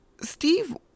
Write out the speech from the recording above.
Steve